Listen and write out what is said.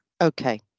Okay